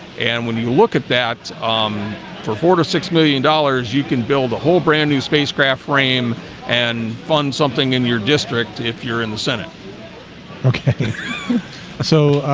and when you look at that um for four to six million dollars you can build a whole brand new spacecraft frame and fund something in your district if you're in the senate okay so